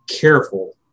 careful